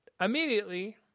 Immediately